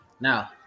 now